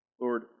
Lord